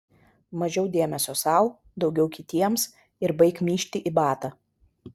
mažiau dėmesio sau daugiau kitiems ir baik myžti į batą